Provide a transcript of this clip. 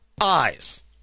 eyes